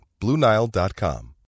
BlueNile.com